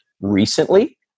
recently